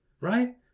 right